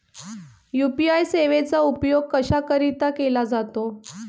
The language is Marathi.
यू.पी.आय सेवेचा उपयोग कशाकरीता केला जातो?